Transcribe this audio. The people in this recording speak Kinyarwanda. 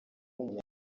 w’umunya